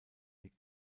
mit